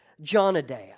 Jonadab